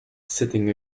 sitting